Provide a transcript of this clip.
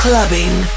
Clubbing